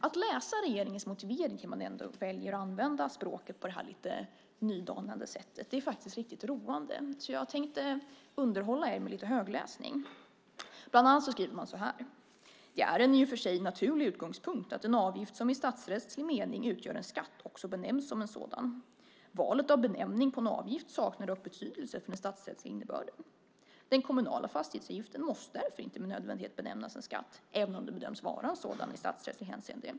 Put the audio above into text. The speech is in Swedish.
Att läsa regeringens motivering där man väljer att använda språket på det här lite nydanande sättet är faktiskt riktigt roande, så jag tänkte underhålla er med lite högläsning. Bland annat skriver regeringen så här: Det är en i och för sig naturlig utgångspunkt att en avgift som i statsrättslig mening utgör en skatt också benämns som en sådan. Valet av benämning på en avgift saknar dock betydelse för den statsrättsliga innebörden. Den kommunala fastighetsavgiften måste därför inte med nödvändighet benämnas skatt även om den bedöms vara en sådan i statsrättsligt hänseende.